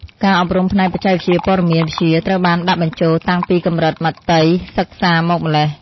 ការអប់រំផ្នែកបច្ចេកវិទ្យាព័ត៌មានវិទ្យាត្រូវបានដាក់បញ្ចូលតាំងពីកម្រិតមត្តេយ្យសិក្សាមកម្ល៉េះ។